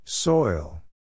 Soil